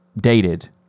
dated